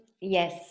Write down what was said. Yes